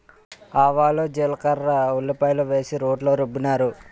ఆవాలు జీలకర్ర ఉల్లిపాయలు వేసి రోట్లో రుబ్బినారు